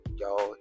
y'all